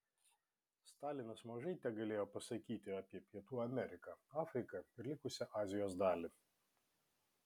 stalinas mažai tegalėjo pasakyti apie pietų ameriką afriką ir likusią azijos dalį